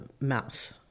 mouth